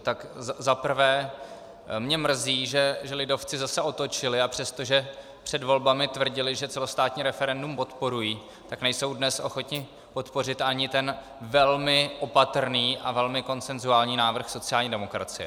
Tak za prvé mě mrzí, že lidovci zase otočili, a přestože před volbami tvrdili, že celostátní referendum podporují, tak nejsou dnes ochotni podpořit ani ten velmi opatrný a velmi konsenzuální návrh sociální demokracie.